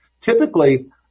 typically